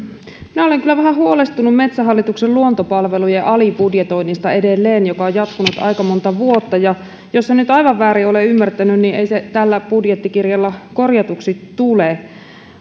minä olen kyllä vähän huolestunut metsähallituksen luontopalvelujen alibudjetoinnista edelleen joka on jatkunut aika monta vuotta jos en nyt aivan väärin ole ymmärtänyt niin ei se tällä budjettikirjalla korjatuksi tule